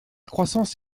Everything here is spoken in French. croissance